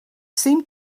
seemed